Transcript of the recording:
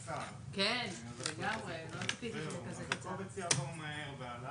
את הביטוח הלאומי, את האקטואר של הביטוח הלאומי.